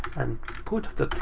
and put the.